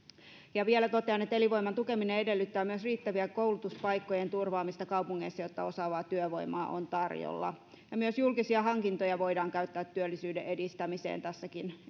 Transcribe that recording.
vielä totean että elinvoiman tukeminen edellyttää myös riittävää koulutuspaikkojen turvaamista kaupungeissa jotta osaavaa työvoimaa on tarjolla myös julkisia hankintoja voidaan käyttää työllisyyden edistämiseen tässäkin